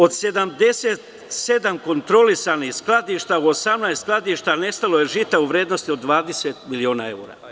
Od 77 kontrolisanih skladišta, u 18 skladišta nestalo je žita u vrednosti od 20 miliona evra.